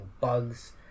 bugs